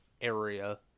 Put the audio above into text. area